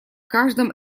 каждом